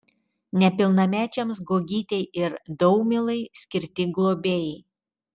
nepilnamečiams guogytei ir daumilai skirti globėjai